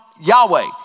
Yahweh